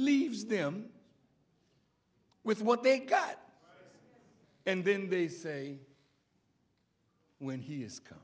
leaves them with what they cut and then they say when he is come